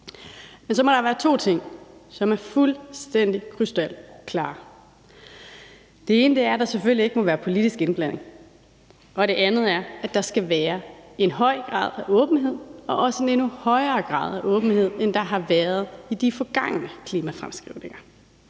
Men så er der to ting, som må være fuldstændig krystalklare: Den ene er, at der selvfølgelig ikke må være politisk indblanding, og den anden er, at der skal være en høj grad af åbenhed og også en endnu højere grad af åbenhed, end der har været i de forgangne klimafremskrivninger.